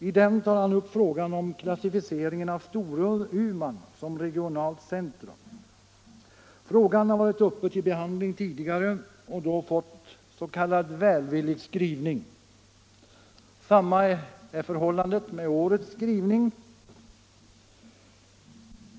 I den tar han upp frågan om klassificeringen av Storuman som regionalt centrum. Frågan har varit uppe till behandling tidigare och då fått s.k. välvillig skrivning. Detsamma gäller årets skrivning.